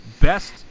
Best